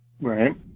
Right